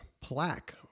plaque